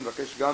ונבקש גם